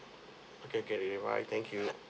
okay can already bye thank you